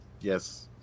Yes